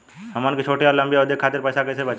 हमन के छोटी या लंबी अवधि के खातिर पैसा कैसे बचाइब?